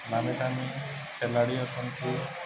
ନାମି ଦାମୀ ଖେଳାଳି ଅଟନ୍ତି